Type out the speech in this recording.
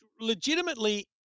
legitimately